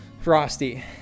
frosty